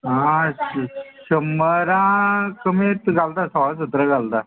आ शंबरां कमीत घालता सोळा सतरा घालता